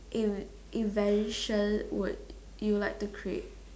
E~ evolution would you like to create